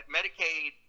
Medicaid